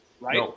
right